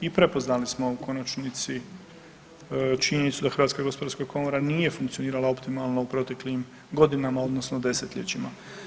I prepoznali smo u konačnici činjenicu da HGK nije funkcionirala optimalno u proteklim godinama odnosno desetljećima.